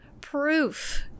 proof